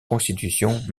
constitution